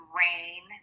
rain